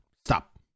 Stop